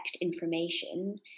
information